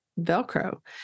Velcro